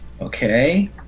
Okay